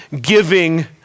giving